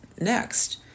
next